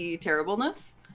terribleness